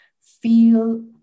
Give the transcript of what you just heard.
Feel